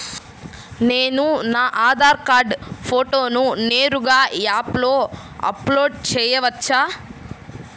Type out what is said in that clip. నేను నా ఆధార్ కార్డ్ ఫోటోను నేరుగా యాప్లో అప్లోడ్ చేయవచ్చా?